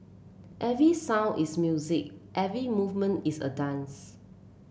every sound is music every movement is a dance